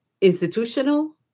institutional